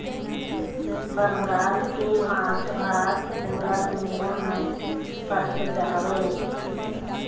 बंगाल के माछ भात पूरा दुनिया में परसिद्ध हवे